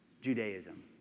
Judaism